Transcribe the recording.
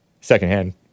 Secondhand